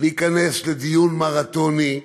להיכנס לדיון מרתוני,